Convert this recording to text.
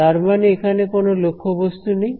তার মানে এখানে কোন লক্ষ্যবস্তু নেই